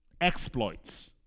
exploits